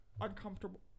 uncomfortable